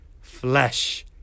flesh